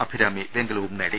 അഭിരാമി വെങ്കലവും നേടി